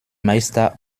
meister